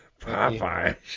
Popeye